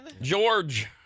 George